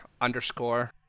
underscore